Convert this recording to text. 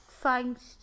thanks